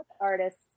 Artists